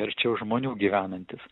arčiau žmonių gyvenantys